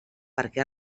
perquè